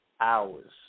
hours